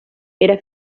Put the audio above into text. era